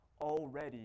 already